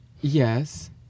Yes